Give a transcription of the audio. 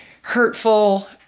hurtful